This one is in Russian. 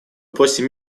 просим